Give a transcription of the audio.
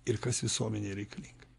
ir kas visuomenei reikalinga